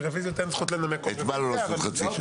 ברביזיות אין זכות לנמק --- את מה לא לעשות חצי שעה?